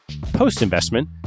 Post-investment